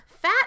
fat